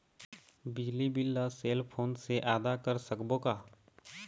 बिजली बिल ला cell phone से आदा कर सकबो का?